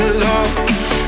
love